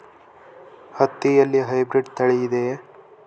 ಹತ್ತಿಯಲ್ಲಿ ಹೈಬ್ರಿಡ್ ತಳಿ ಇದೆಯೇ?